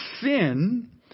sin